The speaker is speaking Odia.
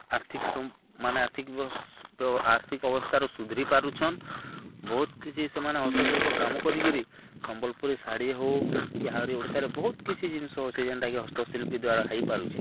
ଆର୍ଥିକ ମାନେ ଆର୍ଥିକ ଆର୍ଥିକ ଅବସ୍ଥାରୁ ସୁଧ୍ରିି ପାରୁଛନ୍ ବହୁତ୍ କିଛି ସେମାନେ ହସ୍ତଶିଳ୍ପ କାମ କରିକିରି ସମ୍ବଲ୍ପୁରୀ ଶାଢ଼ୀ ହଉ କି ଆହୁରି ଓଡ଼ିଶାରେ ବହୁତ କିଛି ଜିନିଷ ଅଛି ଯେନ୍ଟାକି ହସ୍ତଶିଳ୍ପୀ ଦ୍ୱାରା ହେଇପାରୁଚେ